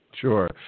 Sure